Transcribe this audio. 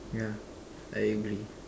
yeah I agree